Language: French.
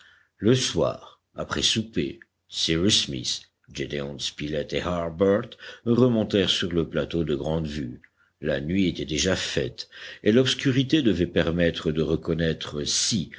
le soir après souper cyrus smith gédéon spilett et harbert remontèrent sur le plateau de grande vue la nuit était déjà faite et l'obscurité devait permettre de reconnaître si